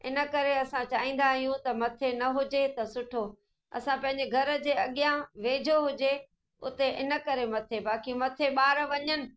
इन करे असां चाहींदा आहियूं त मथे न हुजे त सुठो असां पंहिंजे घर जे अॻियां वेझो हुजे उते इन करे मथे बाक़ी मथे ॿार वञनि